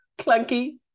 clunky